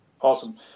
Awesome